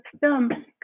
film